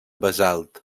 basalt